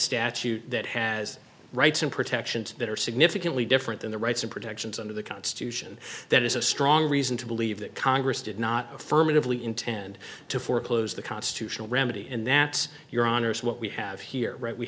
statute that has rights and protections that are significantly different than the rights of protests under the constitution that is a strong reason to believe that congress did not affirmatively intend to foreclose the constitutional remedy and that your honor is what we have here